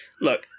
look